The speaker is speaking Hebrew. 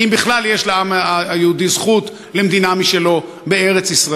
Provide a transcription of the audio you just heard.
אם בכלל יש לעם היהודי זכות למדינה משלו בארץ-ישראל.